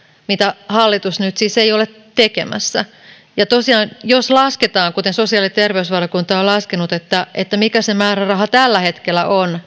mitä hallitus nyt siis ei ole tekemässä jos tosiaan lasketaan kuten sosiaali ja terveysvaliokunta on laskenut mikä se määräraha työttömien palveluihin tällä hetkellä on